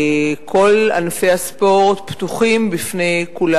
כל ענפי הספורט פתוחים בפני כולם.